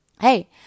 Hey